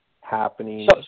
happening